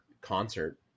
concert